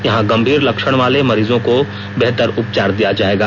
यहां गंभीर लक्षण वाले मरीजों को बेहतर उपचार दिया जाएगा